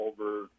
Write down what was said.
over